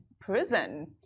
prison